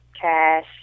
Cash